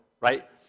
right